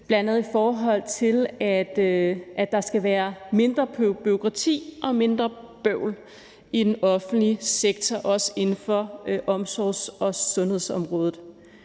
bl.a. i forhold til at der skal være mindre bureaukrati og mindre bøvl i den offentlige sektor, også inden for omsorgs- og sundhedsområdet.